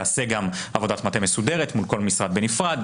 תיעשה גם עבודת מטה מסודרת מול כל משרד בנפרד,